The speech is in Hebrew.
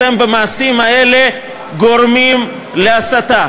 אתם במעשים האלה גורמים להסתה,